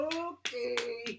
okay